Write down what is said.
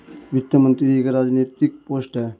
वित्त मंत्री एक राजनैतिक पोस्ट है